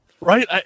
right